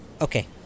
Okay